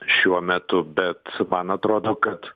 šiuo metu bet man atrodo kad